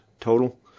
total